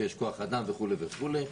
שיש כוח אדם וכולי וכולי.